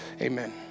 amen